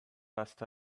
passed